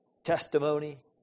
testimony